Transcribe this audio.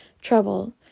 trouble